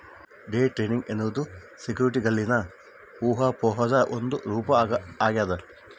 day trading ಎನ್ನುವುದು ಸೆಕ್ಯುರಿಟಿಗಳಲ್ಲಿನ ಊಹಾಪೋಹದ ಒಂದು ರೂಪ ಆಗ್ಯದ